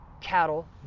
cattle